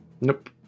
Nope